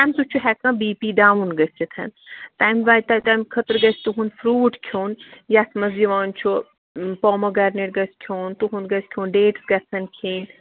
تَمہِ سۭتۍ چھُ ہٮ۪کان بی پی ڈاوُن گٔژھِتھ تَمہِ وجہِ تَمہِ خٲطرٕ گژھِ تُہُنٛد فروٗٹ کھیوٚن یَتھ منٛز یِوان چھُ پوموگرنیٹ گژھِ کھیوٚن تُہُنٛد گژھِ کھیوٚن ڈیٹٕس گژھن کھیٚنۍ